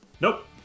Nope